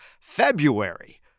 February